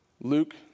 Luke